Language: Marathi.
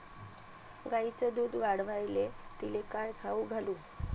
गायीचं दुध वाढवायले तिले काय खाऊ घालू?